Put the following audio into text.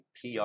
pr